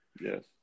Yes